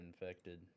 infected